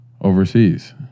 overseas